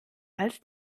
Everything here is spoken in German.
als